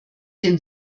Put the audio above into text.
den